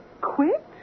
Quit